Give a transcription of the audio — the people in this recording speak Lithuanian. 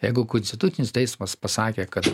jeigu konstitucinis teismas pasakė kad